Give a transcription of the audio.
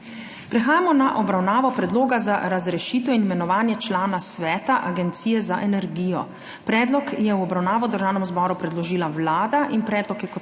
Prehajamo na obravnavo Predloga za razrešitev in imenovanje člana sveta Agencije za energijo. Predlog je v obravnavo Državnemu zboru predložila Vlada in predlog je kot